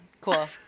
cool